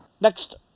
Next